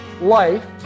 life